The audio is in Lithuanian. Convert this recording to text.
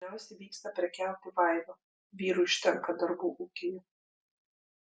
dažniausiai vyksta prekiauti vaiva vyrui užtenka darbų ūkyje